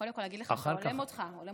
קודם כול, אגיד לך שזה הולם אותך מאוד.